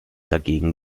dagegen